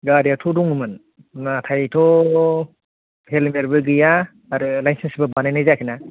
गारियाथ' दङमोन नाथाय हेलमेट बो गैया आरो लाइसेन्स बो बानायनाय जायाखैना